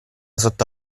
sotto